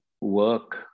work